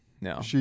no